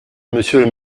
monsieur